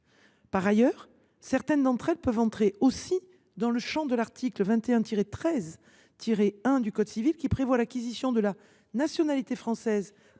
Par ailleurs, certaines d’entre elles peuvent également entrer dans le champ de l’article 21 13 1 du même code, qui prévoit l’acquisition de la nationalité française par simple